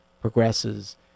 progresses